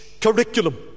curriculum